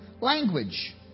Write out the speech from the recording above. language